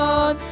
on